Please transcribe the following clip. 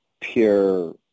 pure